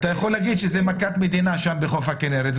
להגיד שזאת מכת מדינה בחוף הכינרת,